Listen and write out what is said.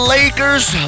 Lakers